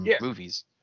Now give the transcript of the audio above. movies